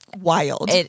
wild